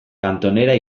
kantonera